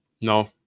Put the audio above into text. No